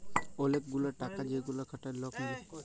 ওলেক গুলা টাকা যেগুলা খাটায় লক মিলে